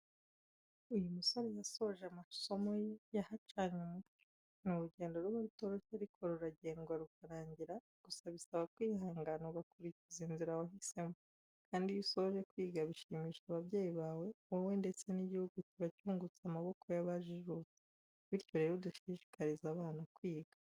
Uyu musore yasoje amasomo ye, yahacanye umucyo. Ni urugendo ruba rutoroshye ariko ruragendwa rukarangira gusa bisaba kwihangana ugakurikira inzira wahisemo, kandi iyo usoje kwiga bishimisha ababyeyi bawe, wowe ndetse n'igihugu kiba cyungutse amaboko yabajijutse. Bityo rero dushishikarize abana kwiga.